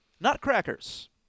Nutcrackers